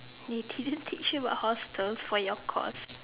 they didn't teach you about hostels for your course